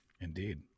Indeed